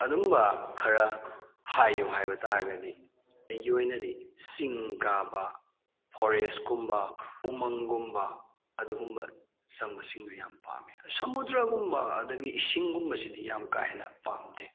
ꯑꯗꯨꯒꯨꯝꯕ ꯈꯔ ꯍꯥꯏꯌꯨ ꯍꯥꯏꯕ ꯇꯥꯔꯒꯗꯤ ꯑꯩꯒꯤ ꯑꯣꯏꯅꯗꯤ ꯆꯤꯡ ꯀꯥꯕ ꯐꯣꯔꯦꯁꯀꯨꯝꯕ ꯎꯃꯪꯒꯨꯝꯕ ꯑꯗꯨꯒꯨꯝꯕ ꯆꯪꯕꯁꯤꯡꯗꯨ ꯌꯥꯝ ꯄꯥꯝꯏ ꯁꯃꯨꯗ꯭ꯔꯒꯨꯝꯕ ꯑꯗꯒꯤ ꯏꯁꯤꯡꯒꯨꯝꯕꯁꯤꯗꯤ ꯌꯥꯝ ꯀꯥ ꯍꯦꯟꯅ ꯄꯥꯝꯗꯦ